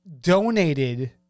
donated